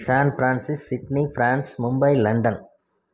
san francis Sydney France Mumbai London